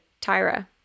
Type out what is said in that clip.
Tyra